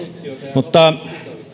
mutta